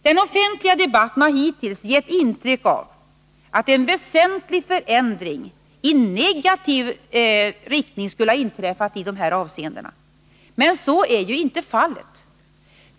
Den offentliga debatten har hittills gett intryck av att en väsentlig förändring i negativ riktning skulle ha inträffat i dessa avseenden. Men så är juinte fallet.